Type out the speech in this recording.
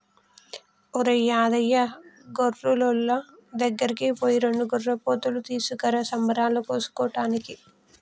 ఒరేయ్ యాదయ్య గొర్రులోళ్ళ దగ్గరికి పోయి రెండు గొర్రెపోతులు తీసుకురా సంబరాలలో కోసుకోటానికి